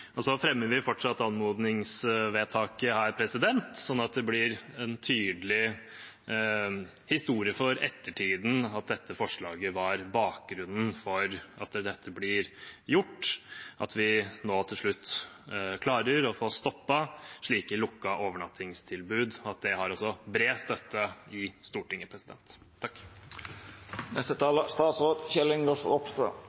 Så fremmer vi fortsatt anmodningsvedtaket her, sånn at det blir en tydelig historie for ettertiden at dette forslaget var bakgrunnen for at dette blir gjort, og at vi nå til slutt klarer å få stoppet slike lukkede overnattingstilbud – og at det også har bred støtte i Stortinget.